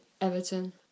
Everton